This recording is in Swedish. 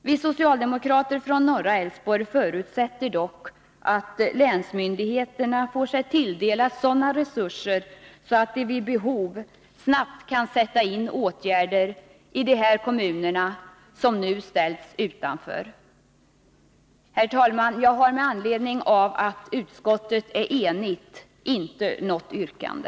Vi socialdemokrater från norra Älvsborgs län förutsätter dock att länsmyndigheterna får sig tilldelade sådana resurser att de vid behov snabbt kan sätta in åtgärder i de kommuner som nu ställs utanför. Herr talman! Eftersom utskottet är enigt, har jag inget yrkande.